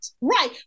right